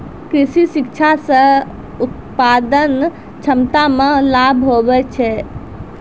कृषि शिक्षा से उत्पादन क्षमता मे लाभ हुवै छै